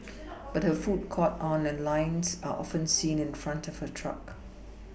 but her food caught on and lines are often seen in front of her truck